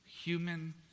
human